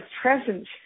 presence